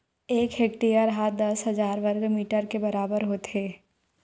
एक हेक्टेअर हा दस हजार वर्ग मीटर के बराबर होथे